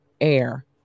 air